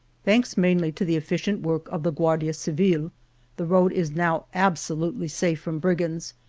thanks mainly to the efficient work of the guardia civile the road is now absolutely safe from brigands,